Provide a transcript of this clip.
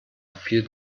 viel